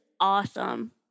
awesome